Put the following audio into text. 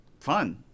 fun